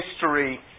history